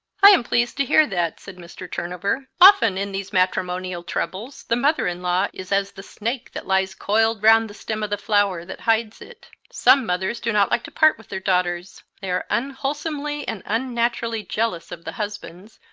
i am pleased to hear that, said mr. turnover. often in these matrimonial troubles the mother-in-law is as the snake that lies coiled round the stem of the flower that hides it. some mothers do not like to part with their daughters. they are unwholesomely and unnaturally jealous of the husbands,